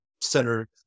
center